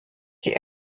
die